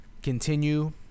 Continue